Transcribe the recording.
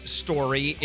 story